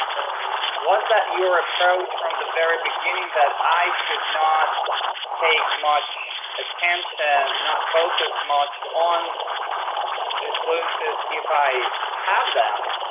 was that your approach from the very beginning that i should not take much attention, attention, not focus much on disfluencies if i have them?